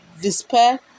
despair